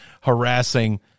harassing